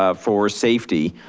ah for safety.